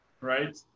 right